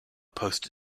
posts